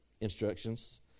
instructions